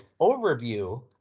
overview